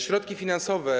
Środki finansowe.